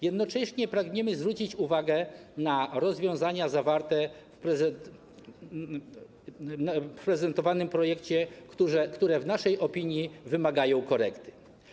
Jednocześnie pragniemy zwrócić uwagę na rozwiązania zawarte w prezentowanym projekcie, które w naszej opinii wymagają korekty.